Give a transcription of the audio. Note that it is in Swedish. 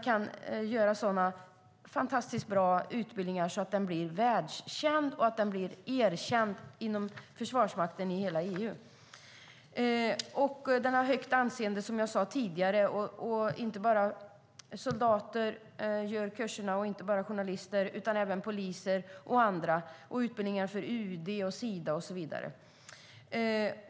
Det är en fantastiskt bra utbildning som är världskänd och erkänd inom försvarsmakterna i hela EU. Den har högt anseende, som jag sade tidigare. Inte bara soldater och journalister som jobbar i oroshärdar genomgår kurserna, utan även poliser och andra. Det finns utbildningar för UD, Sida och så vidare.